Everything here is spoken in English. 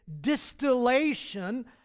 distillation